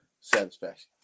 satisfaction